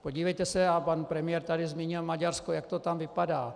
Podívejte se, pan premiér zde zmínil Maďarsko, jak to tam vypadá.